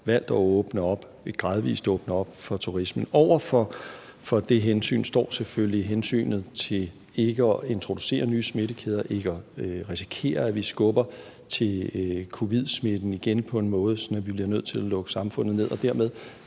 gradvis at åbne op for turismen. Over for det hensyn står selvfølgelig hensynet til ikke at introducere nye smittekæder, ikke at risikere, at vi skubber til covid-19-smitten på en måde, sådan at vi bliver nødt til at lukke samfundet ned og dermed